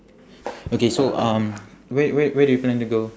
okay so um where where where do you plan to go